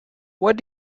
what